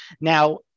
Now